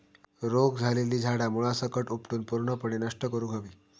रोग झालेली झाडा मुळासकट उपटून पूर्णपणे नष्ट करुक हवी